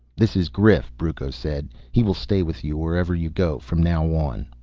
this is grif, brucco said. he will stay with you, wherever you go, from now on.